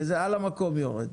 וזה על המקום יורד.